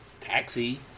Taxi